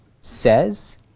says